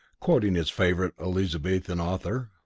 quoting his favourite elizabethan author.